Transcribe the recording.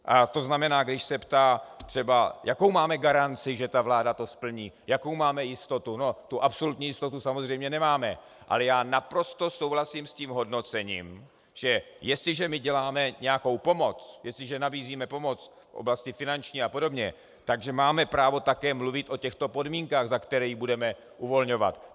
A to znamená, když se ptá třeba, jakou máme garanci, že ta vláda to splní, jakou máme jistotu, no, tu absolutní jistotu samozřejmě nemáme, ale já naprosto souhlasím s tím hodnocením, že jestliže děláme nějakou pomoc, jestliže nabízíme pomoc v oblasti finanční apod., tak máme taky právo mluvit o těchto podmínkách, za kterých ji budeme uvolňovat.